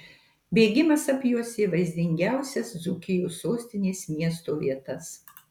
bėgimas apjuosė vaizdingiausias dzūkijos sostinės miesto vietas